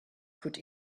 could